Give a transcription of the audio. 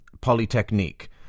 polytechnique